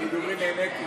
אני נהניתי.